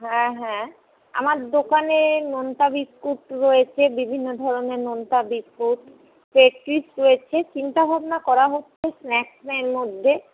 হ্যাঁ হ্যাঁ আমার দোকানে নোনতা বিস্কুট রয়েছে বিভিন্ন ধরনের নোনতা বিস্কুট পেস্ট্রিজ রয়েছে চিন্তাভাবনা করা হচ্ছে স্ন্যাক্স মধ্যে